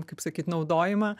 kaip sakyt naudojimą